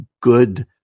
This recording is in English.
good